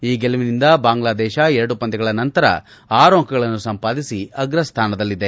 ಈ ಗೆಲುವಿನಿಂದ ಬಾಂಗ್ಲಾ ದೇಶ ಎರಡು ಪಂದ್ಲಗಳ ನಂತರ ಆರು ಅಂಕಗಳನ್ನು ಸಂಪಾದಿಸಿ ಅಗ್ರಸ್ಥಾನದಲ್ಲಿದೆ